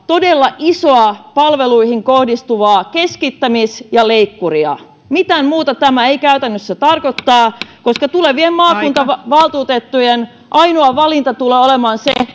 todella isoa palveluihin kohdistuvaa keskittämistä ja leikkuria mitään muuta tämä ei käytännössä tarkoita koska tulevien maakuntavaltuutettujen ainoa valinta tulee olemaan se